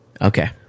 okay